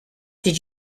did